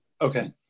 Okay